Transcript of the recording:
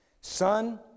Son